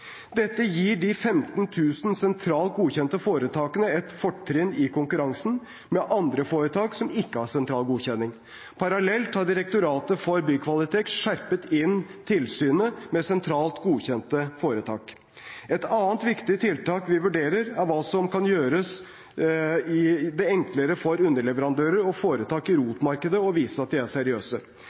Dette gir de 15 000 sentralt godkjente foretakene et fortrinn i konkurransen med foretak som ikke har sentral godkjenning. Parallelt har Direktoratet for byggkvalitet skjerpet inn tilsynet med sentralt godkjente foretak. Et annet viktig tiltak vi vurderer, er hva som kan gjøre det enklere for underleverandører og foretak i ROT-markedet å vise at de er seriøse.